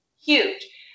huge